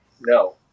No